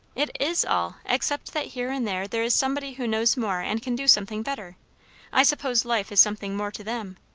it is all except that here and there there is somebody who knows more and can do something better i suppose life is something more to them.